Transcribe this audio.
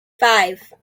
five